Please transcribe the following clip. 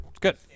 good